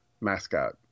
mascot